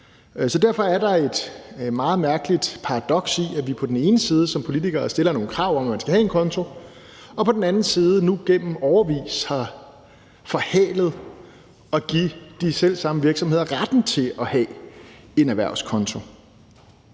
Derfor er der et meget mærkeligt paradoks i, at vi på den ene side som politikere stiller nogle krav om, at man skal have en konto, og på den anden side nu i årevis har forhalet at give de selv samme virksomheder retten til at have en erhvervskonto.